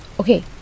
okay